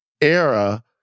era